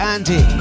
Andy